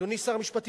אדוני שר המשפטים,